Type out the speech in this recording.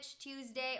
Tuesday